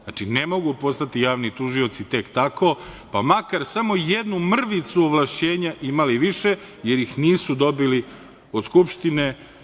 Znači, ne mogu postati javni tužioci tek tako pa makar samo jednu mrvicu ovlašćenja imali više, jer ih nisu dobili od Skupštine.